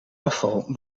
afval